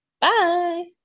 Bye